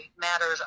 matters